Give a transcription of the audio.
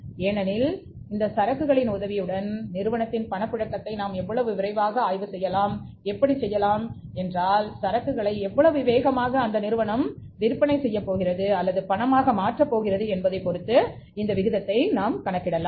ஏனெனில் இந்த சரக்குகளின் உதவியுடன் நிறுவனத்தின் பணப்புழக்கத்தை நாம் எவ்வளவு விரைவாக ஆய்வு செய்யலாம் எப்படி செய்யலாம் என்றால் சரக்குகளை எவ்வளவு வேகமாக விற்பனை செய்கிறோம் அல்லது பணமாக மாற்றுகிறோம் என்பதைப் பொறுத்து இது அமையும்